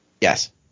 Yes